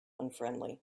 unfriendly